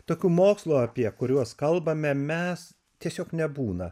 tokių mokslų apie kuriuos kalbame mes tiesiog nebūna